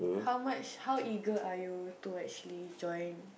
how much how eager are you to actually join